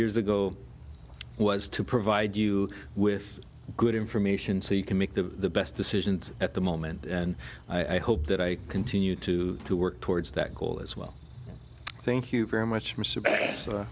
years ago was to provide you with good information so you can make the best decisions at the moment and i hope that i continue to work towards that goal as well thank you very much